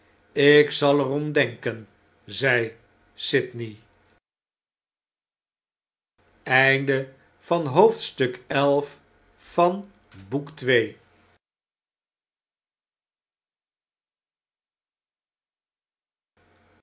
ik zal er om denken zei sydney